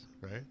right